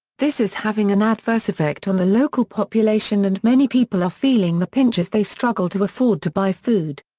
this is having an adverse effect on the local population and many people are feeling the pinch as they struggle to afford to buy food.